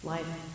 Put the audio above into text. Life